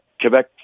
quebec